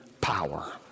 power